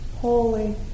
holy